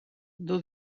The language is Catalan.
del